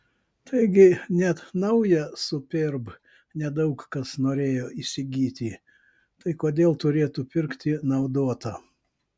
taigi net naują superb ne daug kas norėjo įsigyti tai kodėl turėtų pirkti naudotą